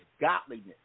godliness